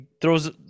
throws